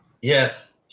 Yes